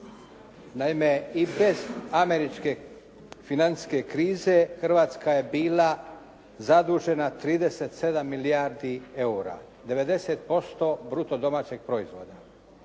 Naime, i bez američke financijske krize, Hrvatska je bila zadužena 37 milijardi eura. 90% bruto domaćeg proizvoda.